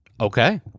Okay